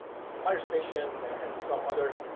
fire station, and some other